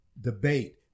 debate